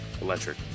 Electric